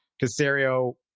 Casario